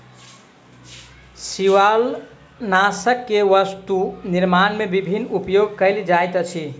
शिवालनाशक के वस्तु निर्माण में विभिन्न उपयोग कयल जाइत अछि